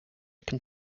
can